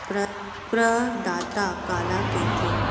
प्रदाता काला कइथे?